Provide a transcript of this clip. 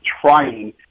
trying